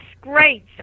great